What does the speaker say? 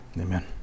Amen